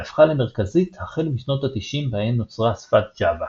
והפכה למרכזית החל משנות ה-90 בהן נוצרה שפת Java.